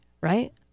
right